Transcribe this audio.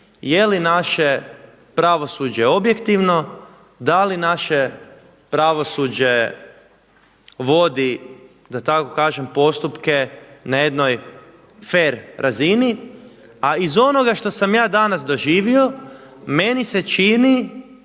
je li naše pravosuđe objektivno, da li naše pravosuđe vodi da tako kažem postupke na jednoj fer razini, a iz onoga što sam ja danas doživio meni se čini